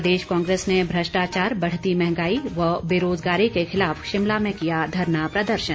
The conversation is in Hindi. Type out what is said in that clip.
प्रदेश कांग्रेस ने भ्रष्टाचार बढ़ती महंगाई व बेरोजगारी के खिलाफ शिमला में किया धरना प्रदर्शन